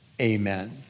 amen